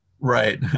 Right